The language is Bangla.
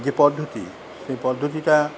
যে পদ্ধতি সেই পদ্ধতিটা